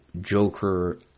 Joker